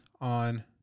on